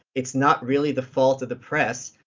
it's not really the fault of the press,